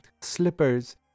slippers